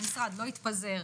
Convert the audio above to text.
המשרד לא התפזר.